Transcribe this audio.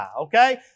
okay